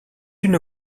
une